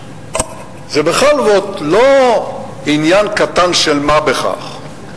זה בכל זאת לא עניין קטן, של מה בכך.